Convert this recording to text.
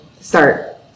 start